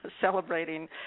celebrating